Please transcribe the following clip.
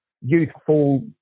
youthful